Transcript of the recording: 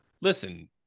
Listen